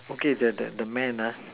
okay there the the man lah